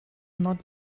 not